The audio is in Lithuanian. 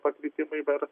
pakritimai dar